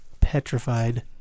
petrified